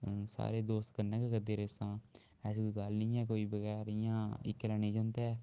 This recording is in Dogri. सारे दोस्त कन्नै गै करदे रेसां ऐसी कोई गल्ल नी ऐ कोई बगैर इ'यां इक्कला नेईं जंदा ऐ